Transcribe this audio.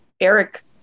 Eric